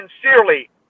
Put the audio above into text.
sincerely